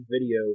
video